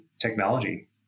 technology